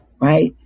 Right